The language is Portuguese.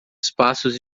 espaços